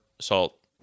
salt